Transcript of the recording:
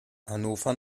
hannover